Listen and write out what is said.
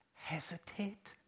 hesitate